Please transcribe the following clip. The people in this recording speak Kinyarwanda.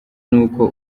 nuko